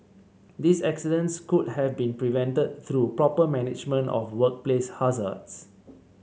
these accidents could have been prevented through proper management of workplace hazards